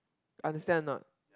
understand a not